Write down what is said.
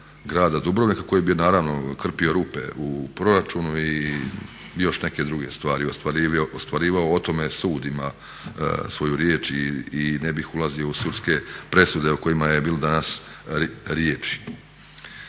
grada Dubrovnika kojim bi naravno krpio rupe u proračunu i još neke druge stvari ostvarivao. O tome sud ima svoju riječ i ne bih ulazio u sudske presude o kojima je bilo danas riječi.